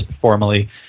formally